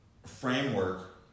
Framework